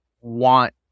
want